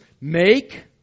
Make